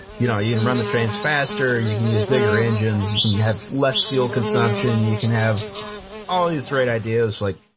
you know you can run the trains faster, you can use bigger engines, and you have less fuel consumption, you can have all these bright ideas, like.